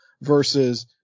versus